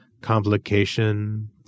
complication